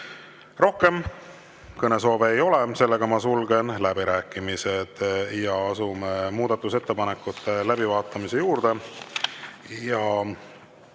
Rohkem kõnesoove ei ole, sulgen läbirääkimised. Asume muudatusettepanekute läbivaatamise juurde.